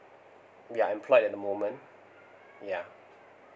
ya employed at the moment yeah